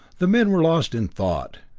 the men were lost in thought,